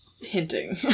hinting